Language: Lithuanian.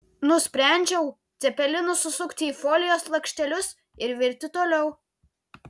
nusprendžiau cepelinus susukti į folijos lakštelius ir virti toliau